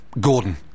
Gordon